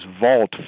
vault